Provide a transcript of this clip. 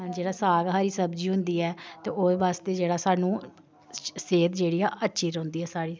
जेह्ड़ा साग हरी सब्जी होंदी ऐ ते ओह्दे बास्तै जेह्ड़ा सानूं सेह्त जेह्ड़ी ऐ अच्छी रौंह्दी ऐ साढ़ी